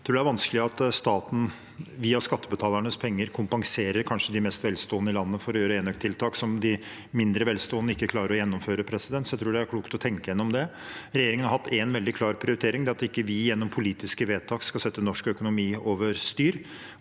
Jeg tror det er vanskelig at staten, via skattebetalernes penger, kompenserer de kanskje mest velstående i landet for å gjøre enøktiltak som de mindre velstående ikke klarer å gjennomføre. Jeg tror det er klokt å tenke gjennom det. Regjeringen har hatt en veldig klar prioritering: Vi skal ikke sette norsk økonomi over styr